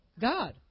God